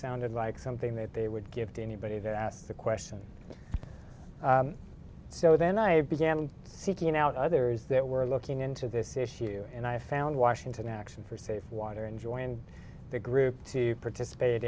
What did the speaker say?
sounded like something that they would give to anybody that asked the question so then i began seeking out others that were looking into this issue and i found washington action for safe water and joined the group to participate